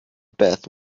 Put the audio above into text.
bath